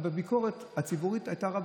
והביקורת הציבורית הייתה רבה.